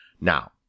Now